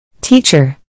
Teacher